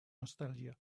nostalgia